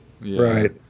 Right